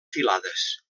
filades